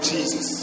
Jesus